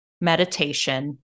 Meditation